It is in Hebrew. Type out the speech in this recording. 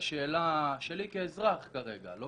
כל